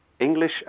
English